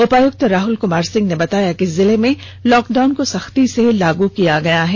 उपायुक्त राहल कुमार सिंह ने बताया कि जिले में लॉकडाउन को सख्ती से लागू किया गया है